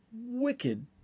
wicked